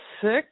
six